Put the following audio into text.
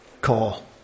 call